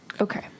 Okay